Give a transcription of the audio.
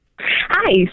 Hi